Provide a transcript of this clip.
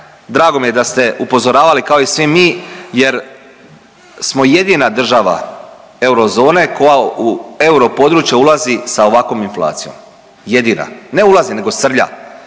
drago mi je da ste upozoravali kao i svi mi jer smo jedina država eurozone koja u europodručje ulazi sa ovakvom inflacijom, jedina, ne ulazi nego srlja